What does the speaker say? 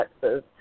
Texas